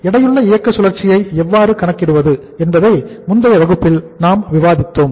எடையுள்ள இயக்க சுழற்சியை எவ்வாறு கணக்கிடுவது என்பதை முந்தைய வகுப்பில் நாம் விவாதித்தோம்